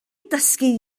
dysgu